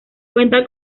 cuenta